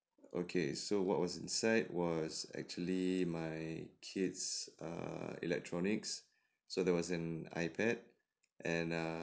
okay so what was inside was actually my kid's err electronics so there was an ipad and err